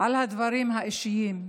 על הדברים האישיים,